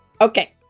Okay